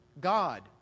God